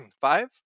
five